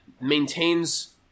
maintains